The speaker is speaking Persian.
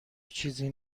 چیزی